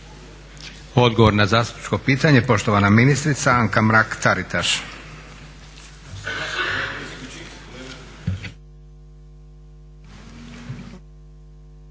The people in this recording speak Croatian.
Odgovor na zastupničko pitanje poštovana ministrica Anka Mrak Taritaš.